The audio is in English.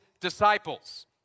disciples